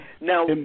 Now